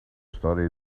story